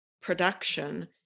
production